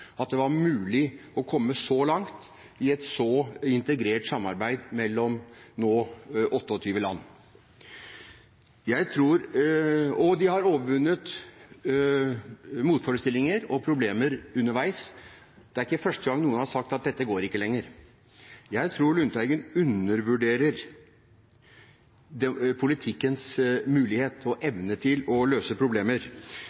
at det var mulig å komme så langt i et så integrert samarbeid mellom nå 28 land – og de har overvunnet motforestillinger og problemer underveis. Det er ikke første gang noen har sagt at dette går ikke lenger. Jeg tror Lundteigen undervurderer politikkens mulighet og evne til å løse problemer.